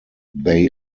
they